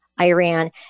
Iran